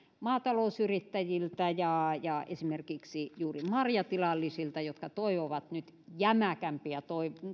maatalousyrittäjiltä ja esimerkiksi juuri marjatilallisilta jotka toivovat nyt jämäkämpiä